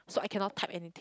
so I cannot type anything